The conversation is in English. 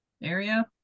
area